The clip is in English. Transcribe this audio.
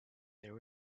there